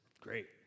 great